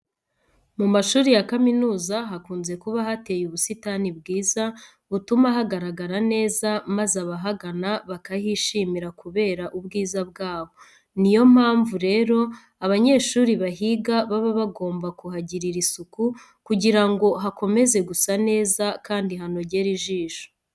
Mu mashuri ya kaminuza hakunze kuba hateye ubusitani bwiza butuma hagaragara neza maze abahagana bakahishimira kubera ubwiza bwaho. Ni yo mpamvu rero, abanyeshuri bahiga baba bagomba kuhagirira isuku kugira ngo hakomeze gusa neza kandi hanogere ijisho.